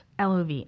LOV